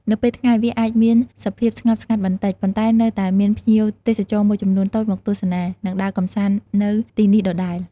នៅពេលថ្ងៃ វាអាចមានសភាពស្ងប់ស្ងាត់បន្តិច ប៉ុន្តែនៅតែមានភ្ញៀវទេសចរមួយចំនួនតូចមកទស្សនា និងដើរកម្សាន្ដនៅទីនេះដដែល។